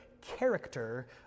character